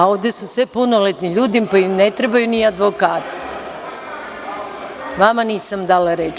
Ovde su svi punoletni ljudi pa im ne trebaju ni advokati [[Radoslav Milojičić, s mesta: Pravo na repliku.]] Vama nisam dala reč.